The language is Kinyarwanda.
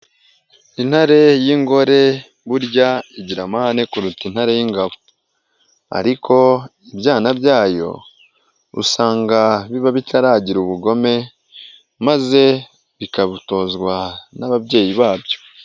Intare y'ingore burya igira amahane kuruta intare y'ingabo, ariko ibyana byayo usanga biba bitaragira ubugome maze bikabutozwa n'ababyeyi babyo.